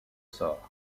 sort